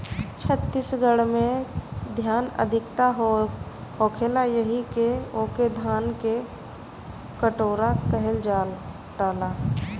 छत्तीसगढ़ में धान अधिका होखेला एही से ओके धान के कटोरा कहल जाला